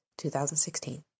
2016